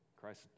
Christ